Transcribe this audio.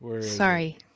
Sorry